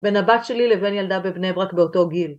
‫בין הבת שלי לבין ילדה בבני ‫ברק באותו גיל.